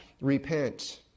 Repent